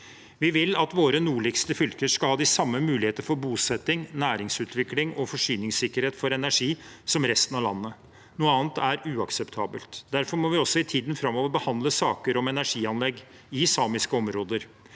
Vi vil at våre nordligste fylker skal ha de samme muligheter for bosetning, næringsutvikling og forsyningssikkerhet for energi som resten av landet. Noe annet er uakseptabelt. Derfor må vi også i tiden framover behandle saker om energianlegg i samiske områder.